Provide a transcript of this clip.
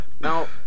Now